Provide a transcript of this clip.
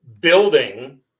building